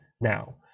now